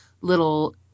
little